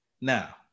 Now